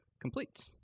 complete